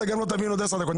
אתה לא תבין גם עוד עשר דקות.